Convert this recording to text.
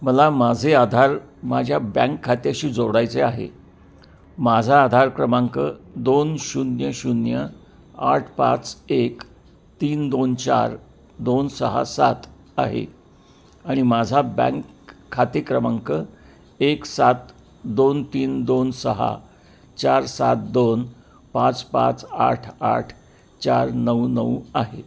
मला माझे आधार माझ्या बँक खात्याशी जोडायचे आहे माझा आधार क्रमांक दोन शून्य शून्य आठ पाच एक तीन दोन चार दोन सहा सात आहे आणि माझा बँक खाते क्रमांक एक सात दोन तीन दोन सहा चार सात दोन पाच पाच आठ आठ चार नऊ नऊ आहे